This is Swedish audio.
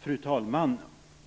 Fru talman!